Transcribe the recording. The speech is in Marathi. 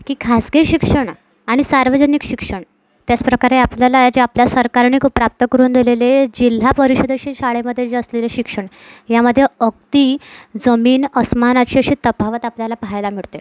की खाजगी शिक्षण आणि सार्वजनिक शिक्षण त्याचप्रकारे आपल्याला हे जे आपल्या सरकारने खूप प्राप्त करून दिलेले आहे जिल्हा परिषदेचे शाळेमध्ये जे असलेले शिक्षण यामध्ये अगदी जमीन अस्मानाची अशी तफावत आपल्याला पाहायला मिळते